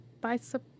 bicep